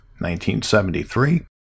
1973